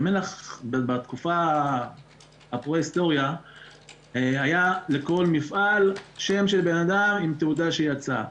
במל"ח בתקופה הפרה-היסטורית היה לכל מפעל שם של אדם עם תעודה שיצאה.